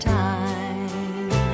time